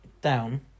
down